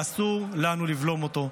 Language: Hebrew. ואסור לנו לבלום אותו.